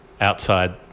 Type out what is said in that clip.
outside